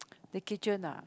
the kitchen ah